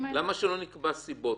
למה שלא נקבע סיבות?